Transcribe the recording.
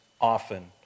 often